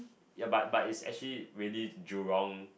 ya but but it's actually really Jurong